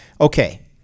Okay